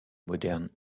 moderne